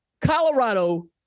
Colorado